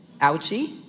Ouchie